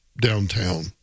downtown